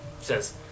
says